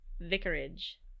Vicarage